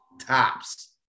tops